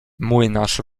młynarz